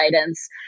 guidance